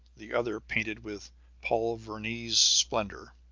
the other painted with paul veronese splendor,